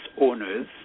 owners